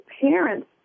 parents